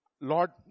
Lord